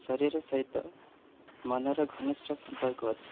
ଶରୀର ସହିତ ମନର ଘନିଷ୍ଠ ସମ୍ପର୍କ ଅଛି